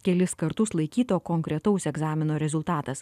kelis kartus laikyto konkretaus egzamino rezultatas